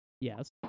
Yes